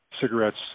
cigarettes